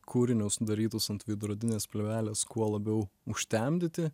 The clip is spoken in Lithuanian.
kūrinius darytus ant veidrodinės plėvelės kuo labiau užtemdyti